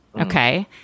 okay